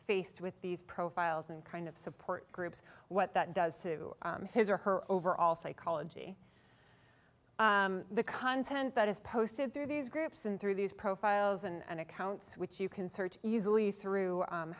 faced with these profiles and kind of support groups what that does to his or her overall psychology the content that is posted through these groups and through these profiles and accounts which you can search easily through